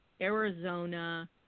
Arizona